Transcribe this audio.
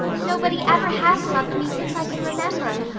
nobody ever has loved me since i can remember.